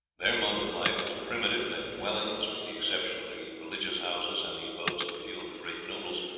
their mode of life was primitive, their dwellings, with the exception of the religious houses and the abodes of a few of the great nobles,